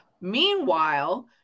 Meanwhile